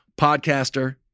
podcaster